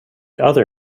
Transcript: other